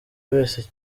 wese